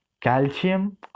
Calcium